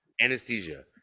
anesthesia